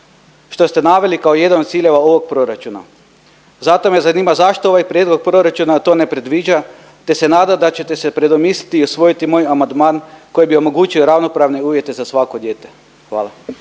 što ste naveli kao jedan od ciljeva ovog proračuna. Zato me zanima zašto ovaj prijedlog proračuna to ne predviđa, te se nadam da ćete se predomisliti i usvojiti moj amandman koji bi omogućio ravnopravne uvjete za svako dijete. Hvala.